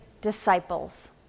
disciples